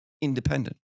independent